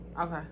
Okay